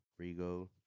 Rigo